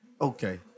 Okay